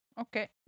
Okay